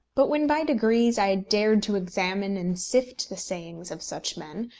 but when, by degrees, i dared to examine and sift the sayings of such men,